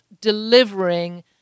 delivering